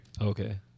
Okay